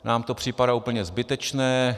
nám to připadá úplně zbytečné.